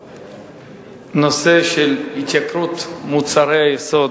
הנושא: התייקרות מוצרי יסוד.